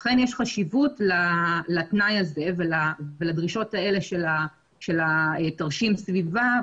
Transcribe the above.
לכן יש חשיבות לתנאי הזה ולדרישות האלה של תרשים סביבה,